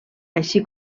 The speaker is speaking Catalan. així